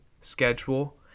schedule